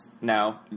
no